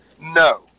No